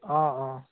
অঁ অঁ